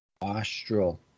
Austral